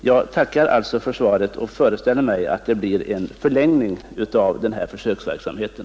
Jag tackar alltså för svaret och föreställer mig att det blir en förlängning av försöksverksamheten.